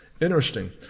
Interesting